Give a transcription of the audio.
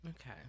okay